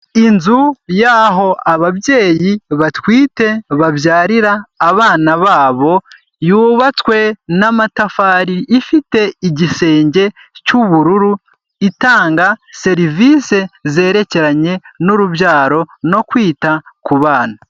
Inzu y'aho ababyeyi batwite babyarira abana babo, yubatswe n'amatafari ifite igisenge cy'ubururu itanga serivisi zerekeranye n'urubyaro no kwita ku bana.